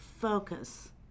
focus